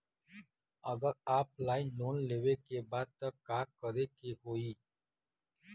अगर offline loan लेवे के बा त का करे के होयी?